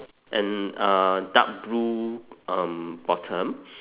and uh dark blue um bottom